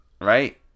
Right